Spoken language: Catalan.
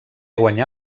guanyà